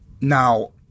Now